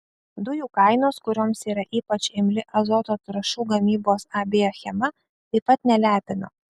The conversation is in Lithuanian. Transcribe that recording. dujų kainos kurioms yra ypač imli azoto trąšų gamybos ab achema taip pat nelepino